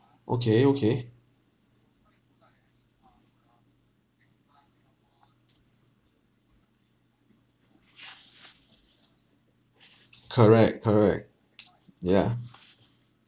okay okay correct correct yeah